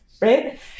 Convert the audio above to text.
Right